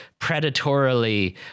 predatorily